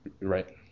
Right